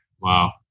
Wow